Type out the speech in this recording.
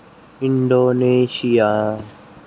Indonesia